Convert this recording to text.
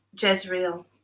Jezreel